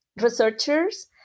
researchers